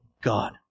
God